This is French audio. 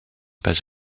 pas